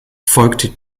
folgt